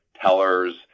tellers